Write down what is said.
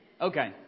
Okay